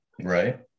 Right